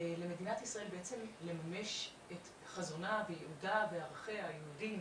למדינת ישראל בעצם לממש את חזונה וייעודה וערכיה היהודיים